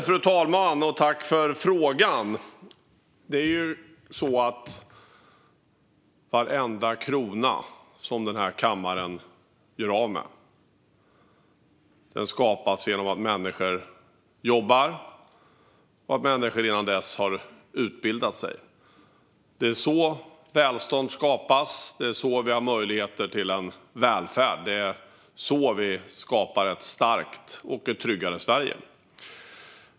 Fru talman! Jag tackar ledamoten för frågan. Varenda krona som denna kammare gör av med skapas genom att människor jobbar och innan dess har utbildat sig. Det är så välstånd skapas. Det är så vi har möjlighet till välfärd. Det är så vi skapar ett starkt Sverige och ett tryggare Sverige.